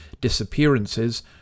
disappearances